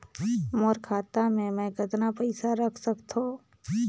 मोर खाता मे मै कतना पइसा रख सख्तो?